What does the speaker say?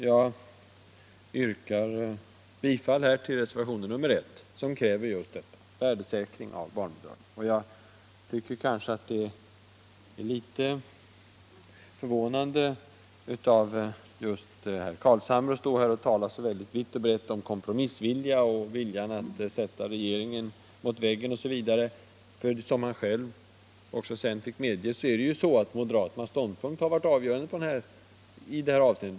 Jag yrkar bifall till reservationen 1, som kräver just värdesäkring av barnbidragen. Jag tycker att det är litet förvånande att just herr Carlshamre här talar vitt och brett om kompromissvilja och vilja att ställa regeringen mot väggen. Som han själv senare fick medge har moderaternas ståndpunkt varit avgörande i den här frågan.